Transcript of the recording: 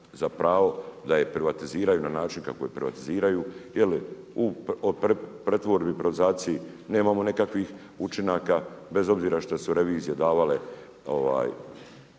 za pravo da je privatiziraju na način kako je privatiziraju. Jer u pretvorbi i privatizaciji nemamo nekakvih učinaka bez obzira što su revizije davale